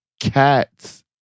cats